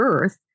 earth